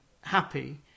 happy